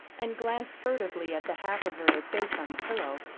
and glanced furtively at the half-averted face on the pillow.